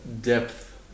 depth